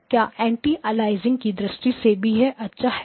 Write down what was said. क्या एंटीएलाइजिंग की दृष्टि से भी यह अच्छा है